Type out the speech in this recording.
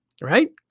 right